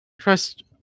trust